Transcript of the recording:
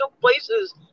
places